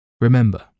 Remember